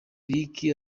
lick